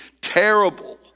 terrible